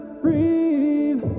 breathe